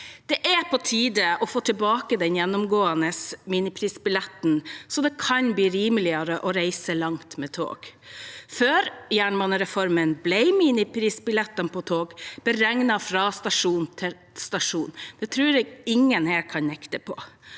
Det er på tide å få tilbake den gjennomgående miniprisbilletten, slik at det kan bli rimeligere å reise langt med tog. Før jernbanereformen ble miniprisbillettene på tog beregnet fra stasjon til stasjon. Det tror jeg ingen her kan nekte for.